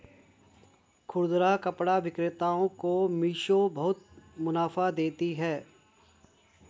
खुदरा कपड़ा विक्रेता को मिशो बहुत मुनाफा देती है